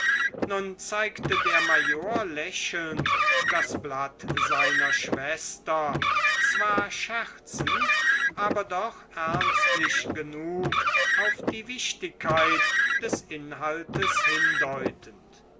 nun zeigte der major lächelnd das blatt seiner schwester zwar scherzend aber doch ernstlich genug auf die wichtigkeit des inhaltes hindeutend